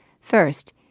First